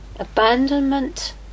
Abandonment